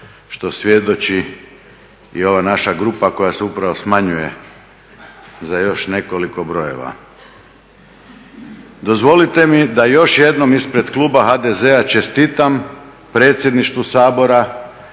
što svjedoči i ova naša grupa koja se upravo smanjuje za još nekoliko brojeva. Dozvolite mi da još jednom ispred kluba HDZ-a čestitam predsjedništvu Sabora